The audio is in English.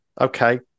okay